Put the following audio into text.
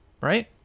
right